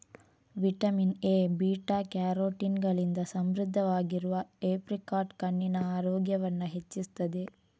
vitamin A, beta carotene ಗಳಿಂದ ಸಮೃದ್ಧವಾಗಿರುವ apricot ಕಣ್ಣಿನ ಆರೋಗ್ಯವನ್ನ ಹೆಚ್ಚಿಸ್ತದೆ